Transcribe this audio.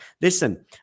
Listen